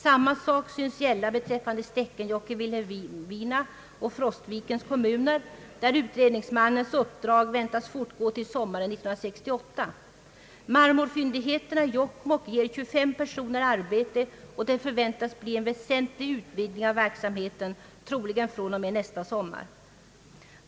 Samma sak syns gälla beträffande Stekkenjokk i Vilhelmina och Frostvikens kommun, där utredningsmannens uppdrag väntas fortgå till sommaren 1968. Marmorfyndigheten i Jokkmokk ger 25 personer arbete, och det förväntas bli en väsentlig utvidgning av verksamheten, troligen under nästa sommar.